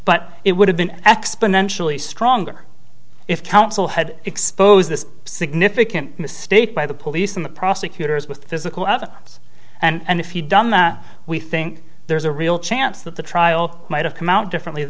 but it would have been exponentially stronger if counsel had exposed this significant mistake by the police and the prosecutors with physical evidence and if you done that we think there's a real chance that the trial might have come out differently